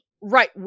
Right